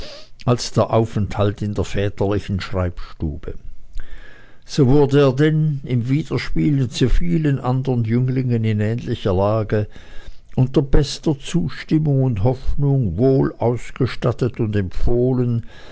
als der aufenthalt in der väterlichen schreibstube so wurde er denn im widerspiel mit so vielen andern jünglingen in ähnlicher lage unter bester zustimmung und hoffnung wohlausgestattet und empfohlen